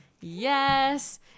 Yes